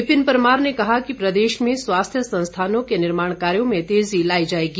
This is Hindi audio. विपिन परमार ने कहा कि प्रदेश में स्वास्थ्य संस्थानों के निर्माण कार्यों में तेजी लाई जाएगी